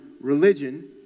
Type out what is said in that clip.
religion